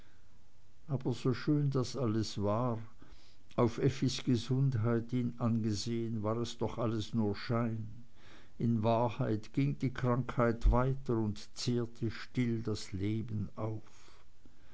aber so schön das alles war auf effis gesundheit hin angesehen war es doch alles nur schein in wahrheit ging die krankheit weiter und zehrte still das leben auf